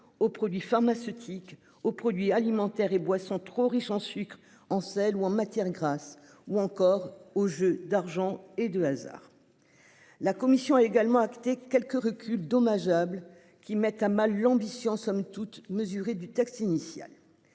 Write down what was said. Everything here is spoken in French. aux produits pharmaceutiques aux produits alimentaires et boissons trop riches en sucre en sel ou en matière grasse ou encore aux jeux d'argent et de hasard. La commission a également actée quelques reculs dommageables qui mettent à mal l'ambition somme toute mesurée du texte initial.